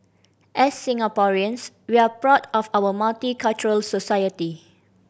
as Singaporeans we're proud of our multicultural society